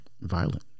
violent